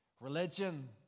Religion